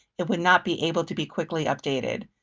it would not be able to be quickly updated.